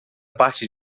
parte